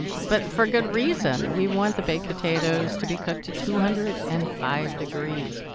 but for good reason. we want the baked potatoes to be cooked to two hundred and five degrees.